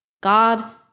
God